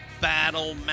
battle